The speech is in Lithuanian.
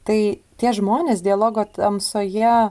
tai tie žmonės dialogo tamsoje